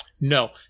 No